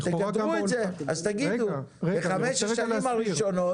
אז תגדרו את זה, אז תגידו "בחמש השנים הראשונות